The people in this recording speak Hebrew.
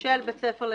של בית ספר לנהיגה.